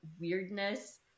weirdness